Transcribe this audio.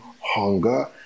hunger